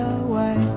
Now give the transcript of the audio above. away